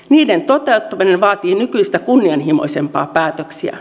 niiden toteuttaminen vaatii nykyistä kunnianhimoisempia päätöksiä